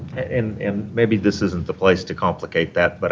and um maybe this isn't the place to complicate that, but